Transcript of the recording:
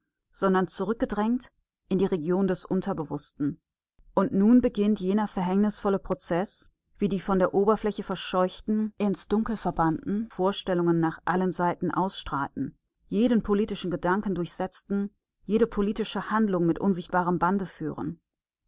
sondern zurückgedrängt in die region des unterbewußten und nun beginnt jener verhängnisvolle prozeß wie die von der oberfläche verscheuchten ins dunkel verbannten vorstellungen nach allen seiten ausstrahlen jeden politischen gedanken durchsetzen jede politische handlung mit unsichtbarem bande führen